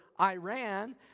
Iran